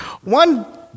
One